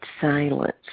silence